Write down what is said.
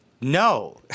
No